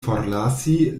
forlasi